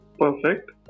perfect